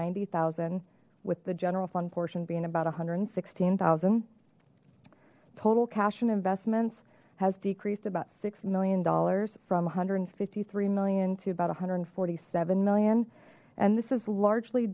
zero with the general fund portion being about a hundred and sixteen thousand total cash in investments has decreased about six million dollars from one hundred and fifty three million to about one hundred and forty seven million and this is largely